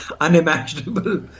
unimaginable